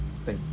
对